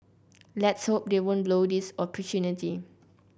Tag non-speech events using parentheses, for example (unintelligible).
let's hope they won't blow this (unintelligible)